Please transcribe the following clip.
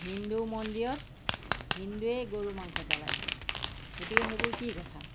হিন্দু মন্দিৰত হিন্দুৱে গৰু মাংস পেলাইছে গতিকে সেইবোৰ কি কথা